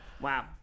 Wow